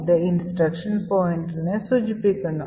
ഇത് ഇൻസ്ട്രക്ഷൻ പോയിന്ററിനെ സൂചിപ്പിക്കുന്നു